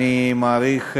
אני מעריך,